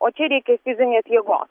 o čia reikia fizinės jėgos